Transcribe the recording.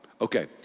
Okay